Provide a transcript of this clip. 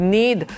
need